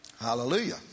Hallelujah